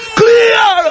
clear